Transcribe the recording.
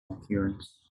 appearance